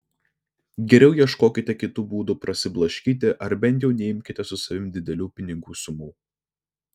geriau ieškokite kitų būdų prasiblaškyti ar bent jau neimkite su savimi didelių pinigų sumų